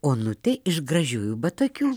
onutė iš gražiųjų batakių